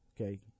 Okay